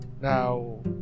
now